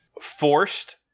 forced